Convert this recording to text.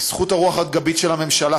בזכות הרוח הגבית של הממשלה,